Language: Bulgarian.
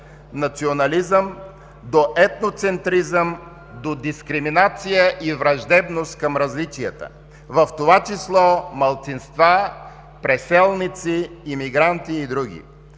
национализъм, до етноцентризъм, до дискриминация и враждебност към различията, в това число малцинства, преселници, имигранти и други.